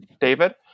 David